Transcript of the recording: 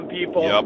people